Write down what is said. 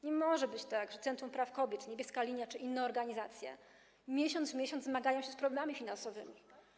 Nie może być tak, że Centrum Praw Kobiet, Niebieska Linia czy inne organizacje miesiąc w miesiąc zmagają się z problemami finansowymi.